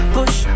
Push